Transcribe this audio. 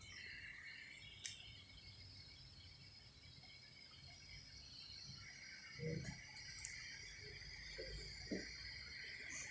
ya